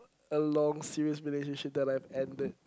a long serious relationship that I've ended